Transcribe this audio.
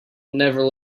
never